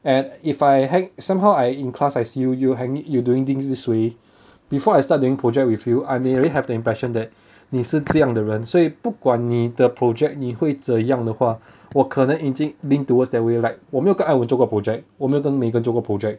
and if I had somehow I in class I see you you hanging you doing things this way before I start doing project with you I may already have the impression that 你是这样的人所以不管你的 project 你会怎样的话我可能已经 lean towards that way like 我没有跟 ai wei 做过 project 我没有跟 megan 做过 project